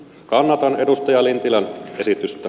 kannatan edustaja lintilän esitystä